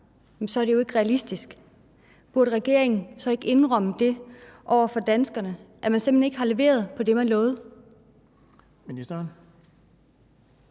så er det ikke realistisk. Burde regeringen så ikke indrømme over for danskerne, at man simpelt hen ikke har leveret på det, man lovede? Kl.